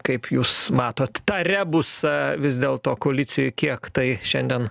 kaip jūs matot tą rebusą vis dėl to koalicijoj kiek tai šiandien